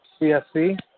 CSC